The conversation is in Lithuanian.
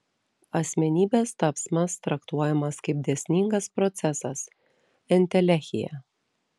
asmenybės tapsmas traktuojamas kaip dėsningas procesas entelechija